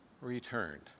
returned